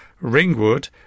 Ringwood